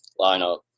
lineup